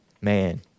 Man